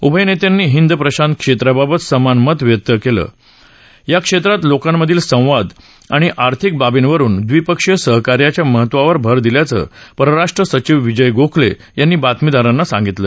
उभय नेत्यांनी हिंद प्रशांत क्षेत्राबाबत समान मत व्यक्त केली असून या क्षेत्रात लोकांमधील संवाद आणि आर्थिक बाबींवरुन व्विपक्षीय सहकार्याच्या महत्त्वावर भर दिल्याचं परराष्ट्र सचिव विजय गोखले यांनी बातमीदारांना सांगितलं